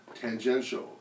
tangential